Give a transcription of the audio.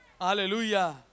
Hallelujah